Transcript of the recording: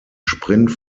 sprint